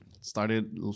started